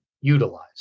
utilize